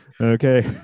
okay